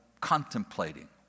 contemplating